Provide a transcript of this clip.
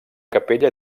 capella